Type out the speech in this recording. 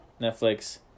Netflix